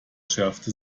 schärfte